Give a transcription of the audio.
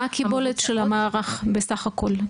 מה הקיבולת של המערך בסך הכל?